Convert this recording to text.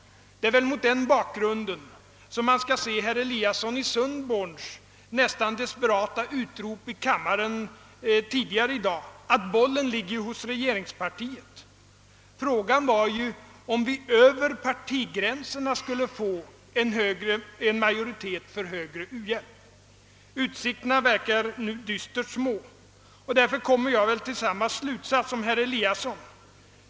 Det är väl mot denna bakgrund man skall se herr Eliassons i Sundborn nästan desperata utrop i kammaren tidigare i dag, att bollen ligger hos regeringspartiet. Frågan var ju om vi över partigränserna skulle få en majoritet för högre u-hjälp. Utsikterna verkar nu dystert små, och därför drar jag samma slutsats som herr Eliasson.